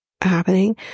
happening